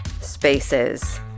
spaces